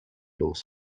los